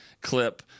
clip